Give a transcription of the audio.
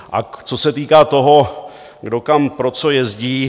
A co se týká toho, kdo kam pro co jezdí.